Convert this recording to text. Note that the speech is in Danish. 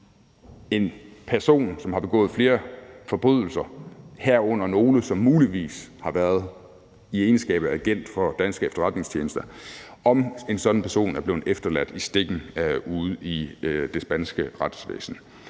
en person, som har begået flere forbrydelser, herunder nogle, som muligvis har været i egenskab af agent for danske efterretningstjenester, er blevet ladt i stikken ude i det spanske retsvæsen.